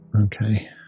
Okay